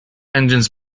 engines